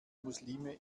muslime